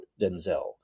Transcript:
Denzel